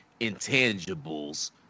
intangibles